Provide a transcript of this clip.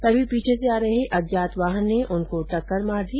तभी पीछे से आ रहे अज्ञात वाहन ने उनको टक्कर मार दी